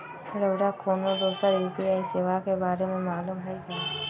रउरा कोनो दोसर यू.पी.आई सेवा के बारे मे मालुम हए का?